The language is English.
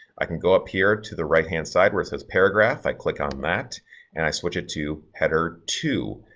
i can go up here to the right hand side where it has paragraph, i click on that, and i switch it to header two.